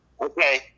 Okay